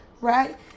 Right